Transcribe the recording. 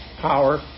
power